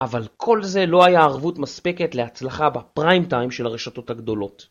אבל כל זה לא היה ערבות מספקת להצלחה בפריים טיים של הרשתות הגדולות.